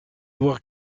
voir